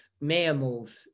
mammals